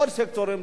לעוד סקטורים.